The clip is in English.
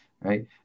right